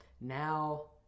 now